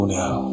now